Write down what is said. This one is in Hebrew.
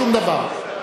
שום דבר.